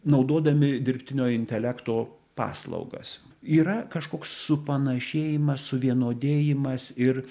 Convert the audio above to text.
naudodami dirbtinio intelekto paslaugas yra kažkoks supanašėjimas suvienodėjimas ir